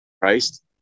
Christ